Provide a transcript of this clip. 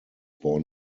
born